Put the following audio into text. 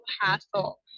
hassle